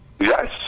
Yes